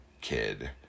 kid